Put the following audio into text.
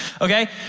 okay